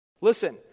Listen